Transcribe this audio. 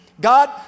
God